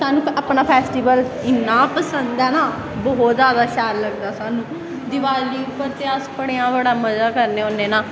स्हानू अपना फैस्टिवल इन्ना पसंद ऐ ना बहुत जादा शैल लगदा स्हानू दिवाली उप्पर अस भलेंआ गै बड़ा मज़ा करने होन्ने न